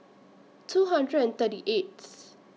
two hundred and thirty eighth